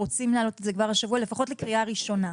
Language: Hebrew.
רוצים להעלות אותו כבר השבוע לפחות לקריאה ראשונה.